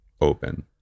open